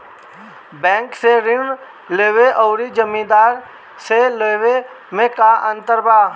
Bank से ऋण लेवे अउर जमींदार से लेवे मे का अंतर बा?